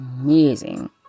amazing